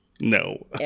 No